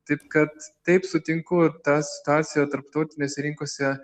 taip kad taip sutinku ta situacija tarptautinėse rinkose